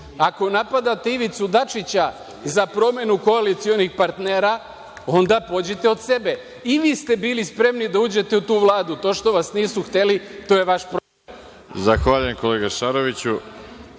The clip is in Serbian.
napadate Ivicu Dačića za promenu koalicionih partnera, onda pođite od sebe. I vi ste bili spremni da uđete u tu Vladu. To što vas nisu hteli, to je vaš problem,